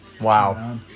Wow